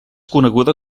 coneguda